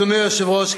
אדוני היושב-ראש,